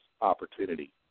opportunity